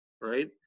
Right